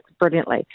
brilliantly